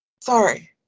Sorry